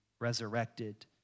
resurrected